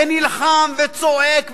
ונלחם וצועק ושואג.